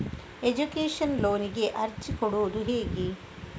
Education ಲೋನಿಗೆ ಅರ್ಜಿ ಕೊಡೂದು ಹೇಗೆ?